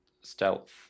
stealth